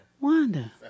Wanda